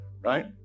right